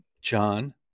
John